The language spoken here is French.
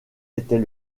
est